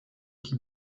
die